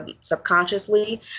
subconsciously